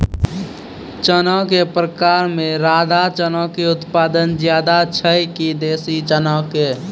चना के प्रकार मे राधा चना के उत्पादन ज्यादा छै कि देसी चना के?